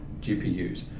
GPUs